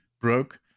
broke